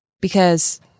Because-